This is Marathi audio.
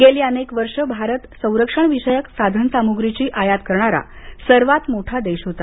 गेली अनेक वर्ष भारत संरक्षणविषयक साधन सामुग्रीची आयात करणारा सर्वात मोठा देश होता